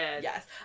Yes